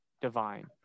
divine